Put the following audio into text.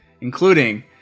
including